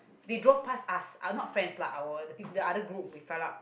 they draw pass us our not friends lah our the other group we fail up